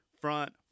front